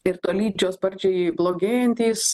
ir tolydžio sparčiai blogėjantys